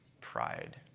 Pride